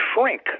shrink